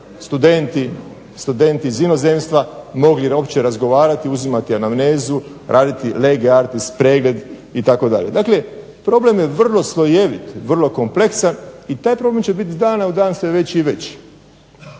studenti iz inozemstva mogli uopće razgovarati, uzimati anamnezu raditi lege artis pregled itd. Dakle, problem je vrlo slojevit, vrlo kompleksan i taj problem će biti s dana u dan sve veći i veći.